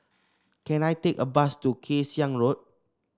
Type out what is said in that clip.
can I take a bus to Kay Siang Road